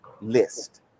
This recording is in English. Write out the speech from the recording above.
list